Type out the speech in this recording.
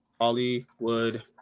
Hollywood